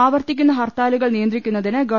ആവർത്തിക്കുന്ന ഹർത്താലുകൾ നിയന്ത്രിക്കുന്നതിന് ഗവ